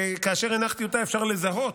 כאשר הנחתי אותה, אפשר לזהות.